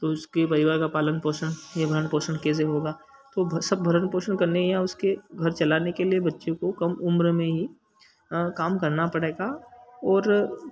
तो उसके परिवार का पालन पोषण भरण पोषण कैसे होगा तो भ सब भरण पोषण करने या उसके घर चलाने के लिए बच्चे को कम उम्र में ही काम करना पड़ेगा और